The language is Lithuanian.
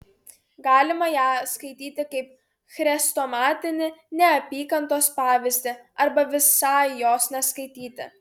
galima ją skaityti kaip chrestomatinį neapykantos pavyzdį arba visai jos neskaityti